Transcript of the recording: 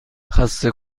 خسته